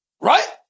Right